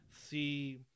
see